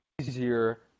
easier